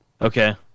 Okay